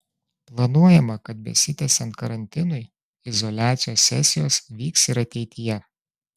planuojama kad besitęsiant karantinui izoliacijos sesijos vyks ir ateityje